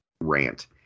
rant